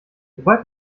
sobald